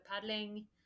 paddling